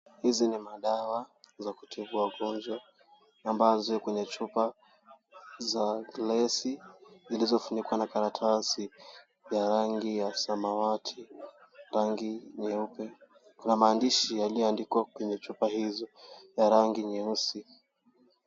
Hizi ni madawa za kutibu wagonjwa ambazo ziko kwenye chupa za glasi zilizofunikwa na karatasi ya rangi ya samawati rangi nyeupe. Kuna maandishi yaliyoandikwa kwenye chupa hili ya rangi nyeusi.